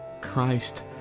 Christ